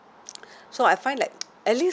so I find like at least